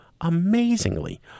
amazingly